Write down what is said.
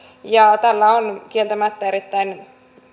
tällä kieltämättä on erittäin